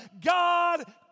God